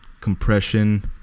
compression